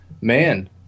man